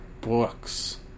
books